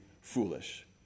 foolish